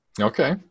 Okay